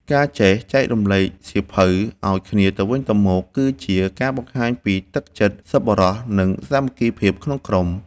ការចេះចែករំលែកសៀវភៅឱ្យគ្នាទៅវិញទៅមក គឺជាការបង្ហាញពីទឹកចិត្តសប្បុរស និងសាមគ្គីភាពក្នុងក្រុម។